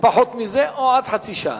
ופחות מזה, או עד חצי שעה.